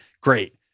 Great